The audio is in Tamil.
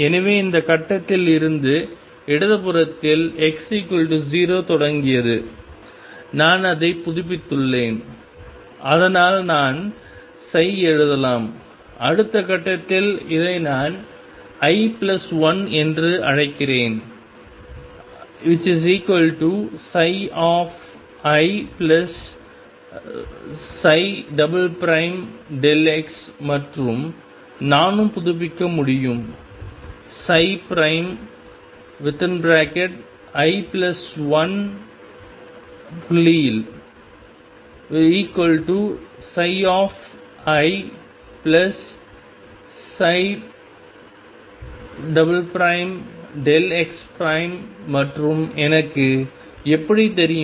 எனவே இந்த கட்டத்தில் இருந்து இடது புறத்தில் x 0 தொடங்கியது நான் அதை புதுப்பித்துள்ளேன் அதனால் நான் எழுதலாம் அடுத்த கட்டத்தில் இதை நான் i1 என்று அழைக்கிறேன் ψix மற்றும் நானும் புதுப்பிக்க முடியும் i1 வது புள்ளியில் ix மற்றும் எனக்கு எப்படி தெரியும்